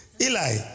Eli